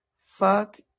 fuck